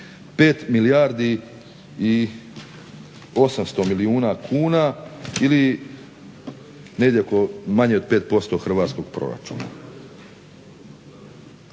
5 milijardi i 800 milijuna kuna ili negdje manje od 5% hrvatskog proračuna.